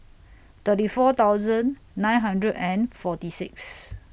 thirty four thousand nine hundred and forty six